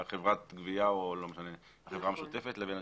חברת גבייה או לא משנה, חברה משותפת, לבין השלטון.